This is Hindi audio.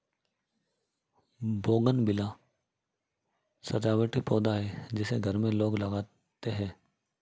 बोगनविला सजावटी पौधा है जिसे घर में लोग लगाते हैं